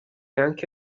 anche